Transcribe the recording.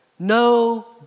No